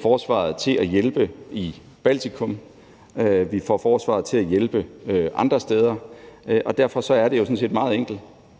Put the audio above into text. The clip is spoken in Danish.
forsvaret til at hjælpe i Baltikum, og vi får forsvaret til at hjælpe andre steder, og derfor er det jo sådan set meget enkelt.